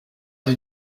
did